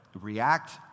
react